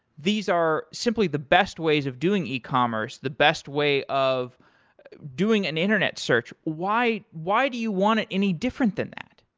these are simply the best ways of doing e-commerce. the best way of doing an internet search. why why do you want it any different than that?